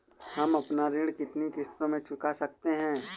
हम अपना ऋण कितनी किश्तों में चुका सकते हैं?